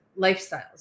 lifestyles